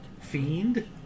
Fiend